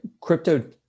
crypto